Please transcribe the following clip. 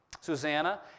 Susanna